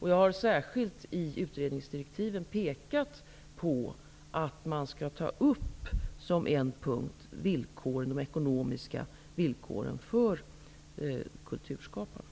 Jag har i utredningsdirektiven särskilt pekat på att man som en punkt skall ta upp de ekonomiska villkoren för kulturskaparna.